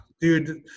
dude